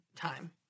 time